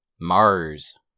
Mars